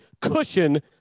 cushion